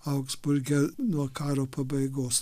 augsburge nuo karo pabaigos